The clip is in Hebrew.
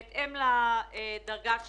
הכל בהתאם לדרגה שלהם.